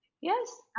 Yes